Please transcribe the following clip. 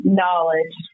knowledge